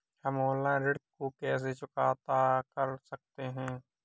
हम ऑनलाइन ऋण को कैसे चुकता कर सकते हैं?